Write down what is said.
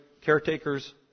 caretakers